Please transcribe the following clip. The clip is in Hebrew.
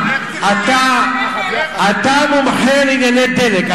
אתה מומחה לענייני דלק,